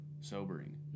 sobering